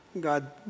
God